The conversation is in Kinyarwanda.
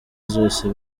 zose